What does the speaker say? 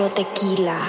Tequila